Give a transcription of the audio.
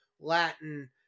Latin